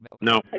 No